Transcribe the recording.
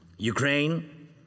Ukraine